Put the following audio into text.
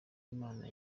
imana